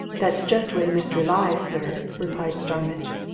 that's just where the mystery lies, sir, replied starmidge.